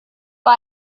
war